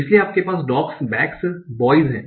इसलिए आपके पास डॉग्स बेग्स और बोयस हैं